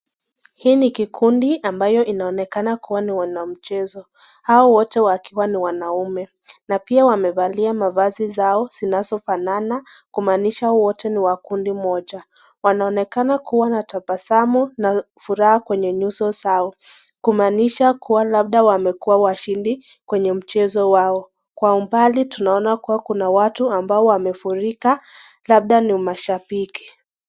Hii ni kikundi ambayo inaonekana kuwa ni wanamchezo, hao wote wakiwa wanaume, na pia wamevalia mavazi zao zinazofanana. Kumaanisha wote ni wa kundi moja. Wanaonekana kuwa na tabasamu na furaha kwenye nyuso zao. Kumaanisha kuwa labda wamekuwa washindi, kwenye mchezo wao. Kwa umbali tunaona kuwa kuna watu ambao wamefurika labda ni mashabiki.